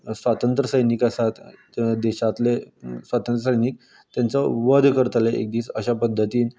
स्वातंत्र्य सैनीक आसात त्या देशांतले स्वातंत्र्य सैनीक तेंचो वध करतले एक दीस अश्या पध्दतीन